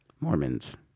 Mormons